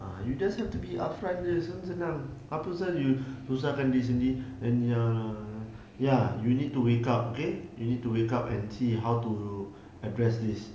ah you just have to be upfront jer kan senang and ya lah ya ya you need to wake up okay you need to wake up and see how to address this